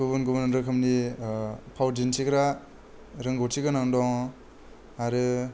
गुबुन गुबुन रोखोमनि ओ फाव दिनथिग्रा रोंगौथि गोनां दं आरो